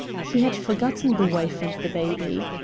he had forgotten the wife and the baby.